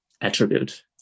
attribute